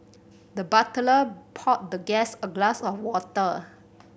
the butler poured the guest a glass of water